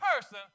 person